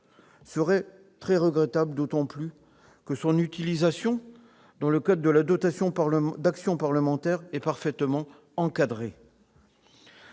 serait très regrettable, d'autant plus que son utilisation, dans le cadre de la dotation d'action parlementaire, est parfaitement encadrée.